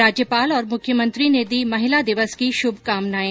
राज्यपाल और मुख्यमंत्री ने दी महिला दिवस की शुभकामनायें